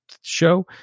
Show